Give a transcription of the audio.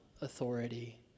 authority